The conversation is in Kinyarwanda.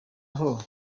aho